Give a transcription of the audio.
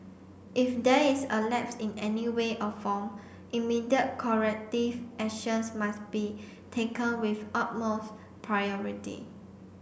if there is a lapse in any way or form immediate corrective actions must be taken with utmost priority